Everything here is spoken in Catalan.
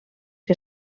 que